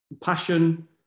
passion